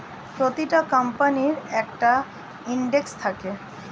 প্রতিটা কোম্পানির একটা ইন্ডেক্স থাকে